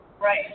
Right